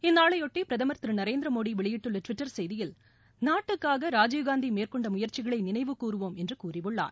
இந்நாளையொட்டி பிரதமர் திரு நரேந்திரமோடி வெளியிட்டுள்ள டுவிட்டர் செய்தியில் நாட்டுக்காக ராஜீவ்காந்தி மேற்கொண்ட முயற்சிகளை நினைவு கூறுவோம் என்று கூறியுள்ளார்